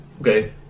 okay